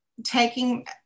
taking